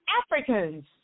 Africans